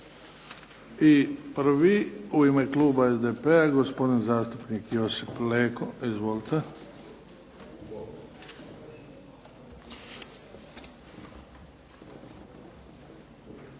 Prvi u ime kluba SDP-a gospodin zastupnik Josip Leko. Izvolite.